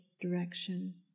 direction